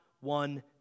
one